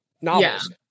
novels